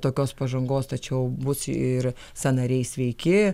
tokios pažangos tačiau bus ir sąnariai sveiki